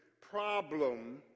problem